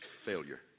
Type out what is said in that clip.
Failure